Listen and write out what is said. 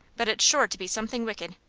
but it's sure to be something wicked.